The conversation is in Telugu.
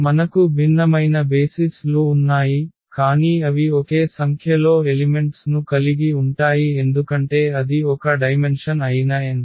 మనకు భిన్నమైన బేసిస్ లు ఉన్నాయి కానీ అవి ఒకే సంఖ్యలో ఎలిమెంట్స్ ను కలిగి ఉంటాయి ఎందుకంటే అది ఒక డైమెన్షన్ అయిన n